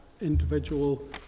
individual